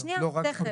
אז שנייה, תיכף.